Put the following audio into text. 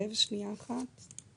יש שם מספר הצהרות שאתה חייב להצהיר.